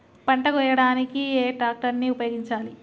పంట కోయడానికి ఏ ట్రాక్టర్ ని ఉపయోగించాలి?